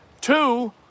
Two